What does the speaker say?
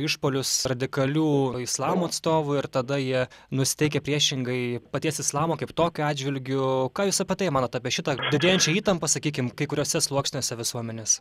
išpuolius radikalių islamo atstovų ir tada jie nusiteikę priešingai paties islamo kaip tokiu atžvilgiu ką jūs apie tai manot apie šitą didėjančią įtampą sakykim kai kuriuose sluoksniuose visuomenės